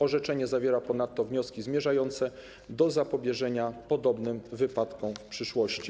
Orzeczenie zawiera ponadto wnioski zmierzające do zapobieżenia podobnym wypadkom w przyszłości.